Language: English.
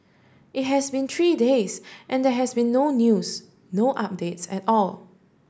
it has been three days and there has been no news no updates at all